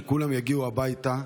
שכולם יגיעו הביתה.